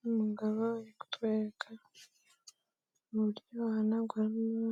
Ni umugabo uri kutwereka uburyo uhanaguramo